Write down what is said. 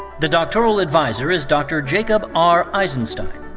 the doctoral adviser is dr. jacob r. eisenstein.